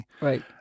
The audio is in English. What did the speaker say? Right